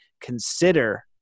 consider